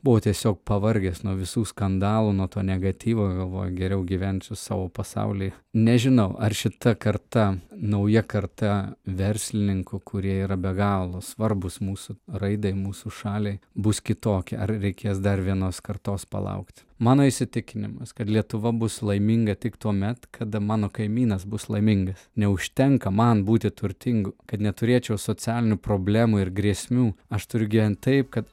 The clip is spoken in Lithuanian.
buvau tiesiog pavargęs nuo visų skandalų nuo to negatyvo galvoju geriau gyvensiu savo pasauly nežinau ar šita karta nauja karta verslininkų kurie yra be galo svarbūs mūsų raidai mūsų šaliai bus kitokia ar reikės dar vienos kartos palaukti mano įsitikinimas kad lietuva bus laiminga tik tuomet kada mano kaimynas bus laimingas neužtenka man būti turtingu kad neturėčiau socialinių problemų ir grėsmių aš turiu gyvent taip kad